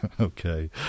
Okay